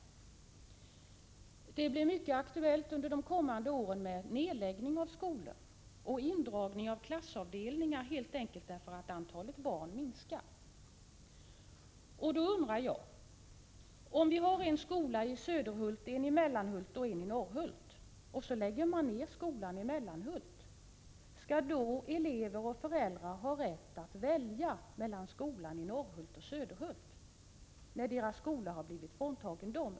Under de kommande åren blir det mycket aktuellt med nedläggning av skolor och indragning av klassavdelningar, helt enkelt därför att antalet barn minskar. Nu undrar jag: Om vi har en skola i Söderhult, en i Mellanhult och en i Norrhult, och skolan i Mellanhult läggs ned, skall då elever och föräldrar ha rätt att välja mellan skolan i Norrhult och den i Söderhult, när deras skola har tagits ifrån dem?